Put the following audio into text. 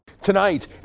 Tonight